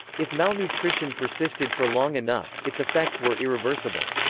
if malnutrition persisted for long enough, its effects were irreversible.